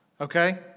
Okay